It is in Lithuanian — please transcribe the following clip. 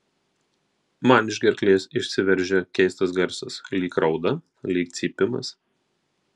man iš gerklės išsiveržia keistas garsas lyg rauda lyg cypimas